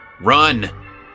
Run